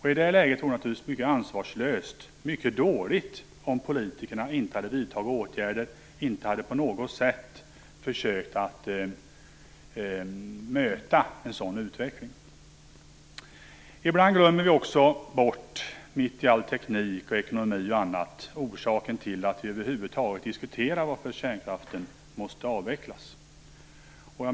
I det läget vore det naturligtvis mycket ansvarslöst och dåligt om politikerna inte hade vidtagit åtgärder och inte på något sätt hade försökt möta en sådan utveckling. Ibland glömmer vi också bort, mitt i all teknik, ekonomi och annat, orsaken till att vi över huvud taget diskuterar varför kärnkraften måste avvecklas.